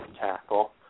tackle